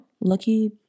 lucky